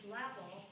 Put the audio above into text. level